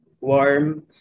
warm